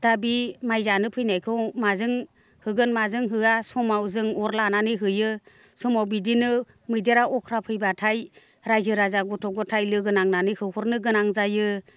दा बि माइ जानो फैनायखौ माजों होगोन माजों होआ समाव जों अर लानानै होयो समाव बिदिनो मैदेरा अख्रा फैब्लाथाय रायजो राजा गथ' गथाइ लोगो नांनानै होहरनो गोनां जायो